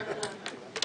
שמתעלם